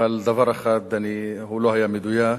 אבל דבר אחד לא היה מדויק,